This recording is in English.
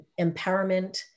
empowerment